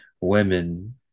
women